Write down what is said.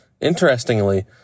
Interestingly